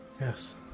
Yes